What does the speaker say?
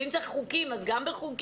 ואם זה חוקים אז גם בחוקים.